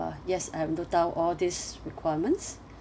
yes I have noted down all these requirements